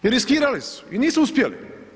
riskirali su i nisu uspjeli.